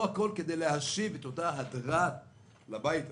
תעשו הכול כדי להשיב את אותה הדרת כבוד לבית הזה.